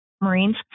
marines